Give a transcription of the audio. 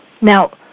Now